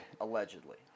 Allegedly